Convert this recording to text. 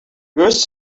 yours